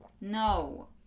No